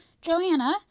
Joanna